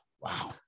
Wow